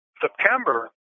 September